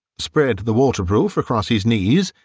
spread the waterproof across his knees,